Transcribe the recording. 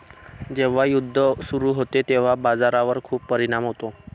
जेव्हा युद्ध सुरू होते तेव्हा बाजारावर खूप परिणाम होतो